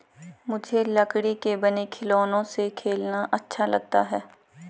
मुझे लकड़ी के बने खिलौनों से खेलना अच्छा लगता है